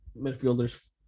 midfielders